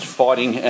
fighting